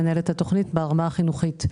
מנהלת התוכנית ברמה החינוכית.